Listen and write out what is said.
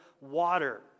water